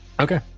Okay